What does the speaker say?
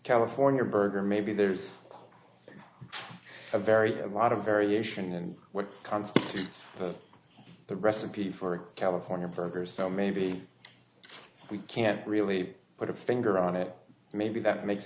california burger maybe there's very a lot of variation in what constitutes the recipe for a california burger so maybe we can't really put a finger on it maybe that makes